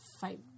fight